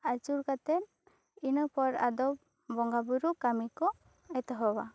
ᱟᱹᱪᱩᱨ ᱠᱟᱛᱮ ᱤᱱᱟᱹ ᱯᱚᱨ ᱟᱫᱚ ᱵᱚᱸᱜᱟ ᱵᱳᱨᱳ ᱠᱟᱹᱢᱤ ᱠᱚ ᱮᱛᱚᱦᱚᱵᱟ